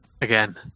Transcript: again